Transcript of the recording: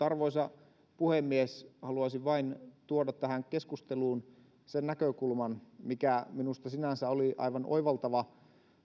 arvoisa puhemies haluaisin vain tuoda tähän keskusteluun sen näkökulman mikä minusta sinänsä oli aivan oivaltava